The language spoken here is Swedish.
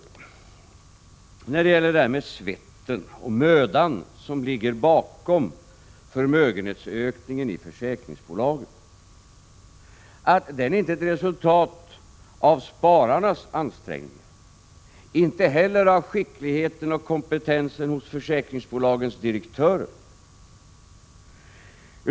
När det gäller den svett och möda som ligger bakom förmögenhetsökningen i försäkringsbolagen är det emellertid så att förmögenhetsökningen inte är ett resultat av spararnas ansträngningar, inte heller av skickligheten och kompetensen hos försäkringsbolagens direktörer.